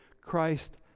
Christ